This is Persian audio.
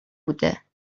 بوده